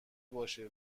باشه